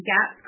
Gap